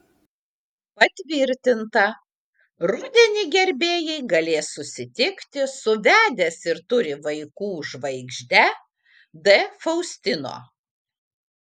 patvirtinta rudenį gerbėjai galės susitikti su vedęs ir turi vaikų žvaigžde d faustino